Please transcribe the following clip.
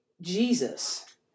Jesus